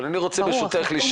אבל אני רוצה לשאול,